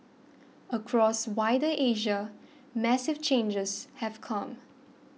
across wider Asia massive changes have come